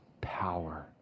power